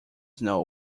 know